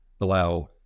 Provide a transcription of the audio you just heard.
allow